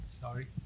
Sorry